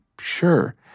Sure